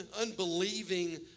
unbelieving